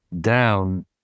down